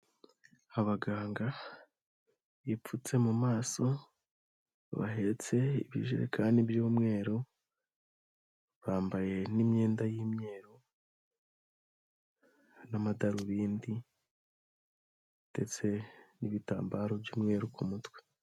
Abaganga bipfutse mu maso bahetse ibijekani by'umweru, bambaye n'imyenda y'imyeru, n'amadarubindi ndetse n'ibitambaro by'umweru ku mutwe.